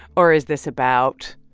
or is this about